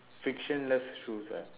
frictionless shoes ah